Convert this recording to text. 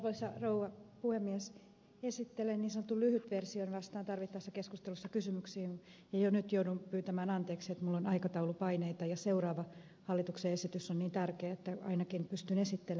esittelen niin sanotun lyhytversion ja vastaan tarvittaessa keskustelussa kysymyksiin ja jo nyt joudun pyytämään anteeksi että minulla on aikataulupaineita ja seuraava hallituksen esitys on niin tärkeä että ainakin pystyn esittelemään sen